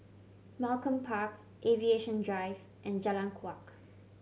Malcolm Park Aviation Drive and Jalan Kuak